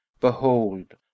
behold